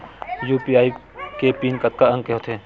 UPI के PIN कतका अंक के होथे?